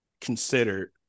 considered